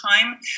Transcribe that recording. time